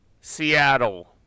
Seattle